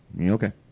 okay